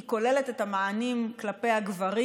היא כוללת את המענים כלפי הגברים,